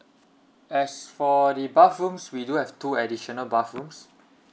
as for the bathrooms we do have two additional bathrooms